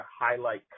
highlight